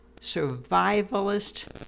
survivalist